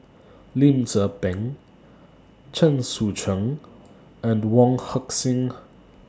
Lim Tze Peng Chen Sucheng and Wong Heck Sing